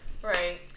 Right